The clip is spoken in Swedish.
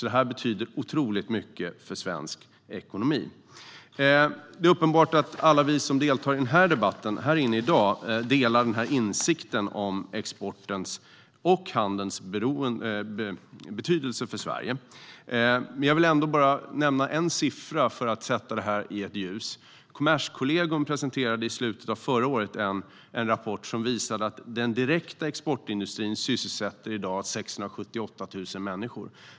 Det här betyder därför otroligt mycket för svensk ekonomi. Det är uppenbart att alla vi som deltar i den här debatten i dag delar insikten om exportens och handelns betydelse för Sverige. Men jag vill ändå nämna bara en siffra för att sätta detta i ljuset. Kommerskollegium presenterade i slutet av förra året en rapport som visade att den direkta exportindustrin i dag sysselsätter 678 000 människor.